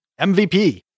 MVP